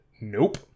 nope